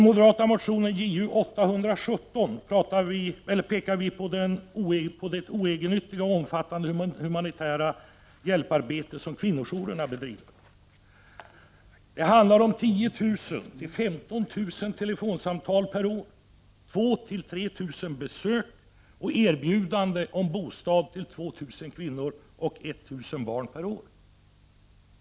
I motion 1989/90:Ju817 pekar vi moderater på det oegennyttiga och omfattande humanitära hjälparbete som kvinnojourerna bedriver. Det handlar om 10 000-15 000 telefonsamtal per år och 2000-3 000 besök samt om erbjudanden om bostad till 2000 kvinnor och 1000 barn per år.